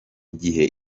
gihe